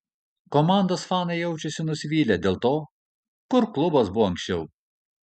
komandos fanai jaučiasi nusivylę dėl to kur klubas buvo anksčiau